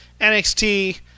NXT